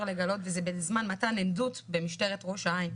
לגלות וזה בזמן מתן עדות במשטרת ראש העין.